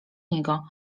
niego